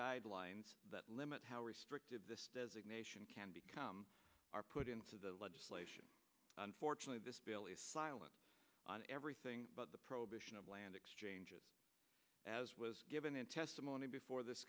guidelines that limit how restrictive this designation can become are put into the legislation unfortunately this bill is silent on everything but the prohibition of land exchanges as was given in testimony before this